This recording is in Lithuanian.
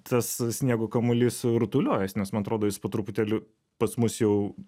tas sniego kamuolys rutuliojasi nes man atrodo jis po truputėlį pas mus jau